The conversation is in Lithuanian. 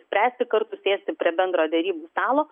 spręsti kartu tiesiai prie bendro derybų stalo